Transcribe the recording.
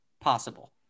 possible